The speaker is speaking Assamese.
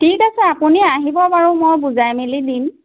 ঠিক আছে আপুনি আহিব বাৰু মই বুজাই মেলি দিম